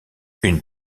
une